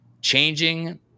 changing